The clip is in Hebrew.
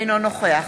אינו נוכח